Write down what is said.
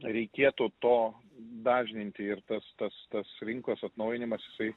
reikėtų to dažninti ir tas tas tas rinkos atnaujinimas jisai